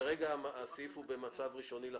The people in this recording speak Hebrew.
כרגע מבחינתי הסעיף הוא במצב ראשוני לחלוטין.